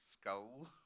Skull